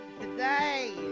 today